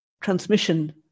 transmission